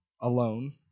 alone